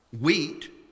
wheat